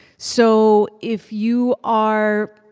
so if you are